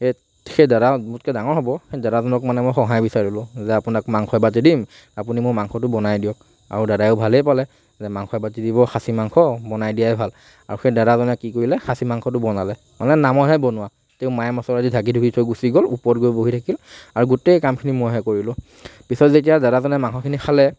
সেই দাদা মোতকৈ ডাঙৰ হ'ব সেই দাদাজনক মানে মই সহায় বিচাৰিলোঁ যে আপোনাক মাংস এবাতি দিম আপুনি মোৰ মাংসটো বনাই দিয়ক আৰু দাদাইয়ো ভালেই পালে যে মাংস এবাতি দিব খাচী মাংস বনাই দিয়াই ভাল আৰু সেই দাদাজনে কি কৰিলে খাচী মাংসটো বনালে মানে নামতহে বনোৱা তেওঁ মায়ে মছলা দি ঢাকি ধুকি দি গুছি গ'ল ওপৰত গৈ বহি থাকিল আৰু গোটেই কামখিনি মইহে কৰিলোঁ পিছত যেতিয়া দাদাজনে মাংসখিনি খালে